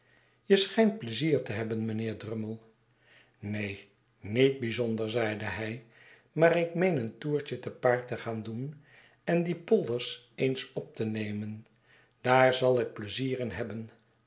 je schijnt pleizier te hebben mijnheer drummle neen niet bijzonder zeide hij maar ik meen een toertje te paard te gaan doen en die polders eens op te nemen daar zal ik pleizier in hebben